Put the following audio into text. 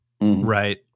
Right